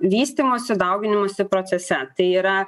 vystymosi dauginimosi procese tai yra